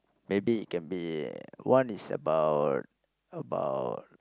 maybe it can be one is about about